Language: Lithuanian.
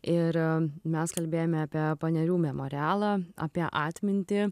ir mes kalbėjome apie panerių memorialą apie atmintį